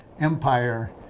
empire